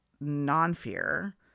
non-fear